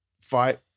fight